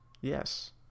Yes